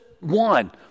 one